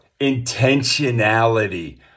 intentionality